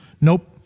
Nope